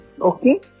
Okay